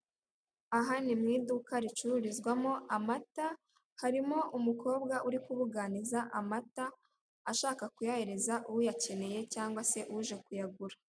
Aha ni mu iduka ricururizwamo amata, harimo umukobwa uri kubuganiza amata, ashaka kuyahereza uyakeneye cyangwa se uje kuyagura.